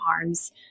arms